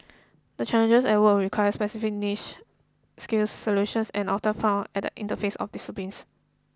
the challenges at work will require specific niche skills and solutions are often found at the interfaces of disciplines